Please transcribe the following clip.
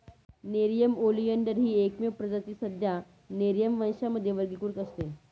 Nerium oleander ही एकमेव प्रजाती सध्या नेरिअम वंशामध्ये वर्गीकृत आहे